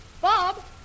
Bob